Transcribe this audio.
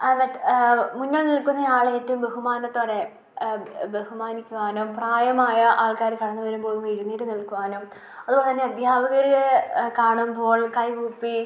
ആ വെട്ട് മുന്നിൽ നിൽക്കുന്നയാളെ ഏറ്റവും ബഹുമാനത്തോടെ ബഹുമാനിക്കുവാനും പ്രായമായ ആൾക്കാർ കടന്ന് വരുമ്പോഴൊന്നെഴുന്നേറ്റ് നിൽക്കുവാനും അതു പോലെ തന്നെ അദ്ധ്യാപകരേ കാണുമ്പോൾ കൈ കൂപ്പി